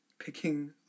picking